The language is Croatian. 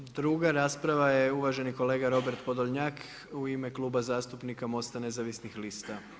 Druga rasprava je uvaženi kolega Robert Podolnjak u ime Kluba zastupnika MOST-a nezavisnih lista.